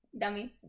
Dummy